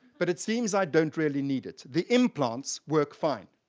but it seems i don't really need it. the implants work fine.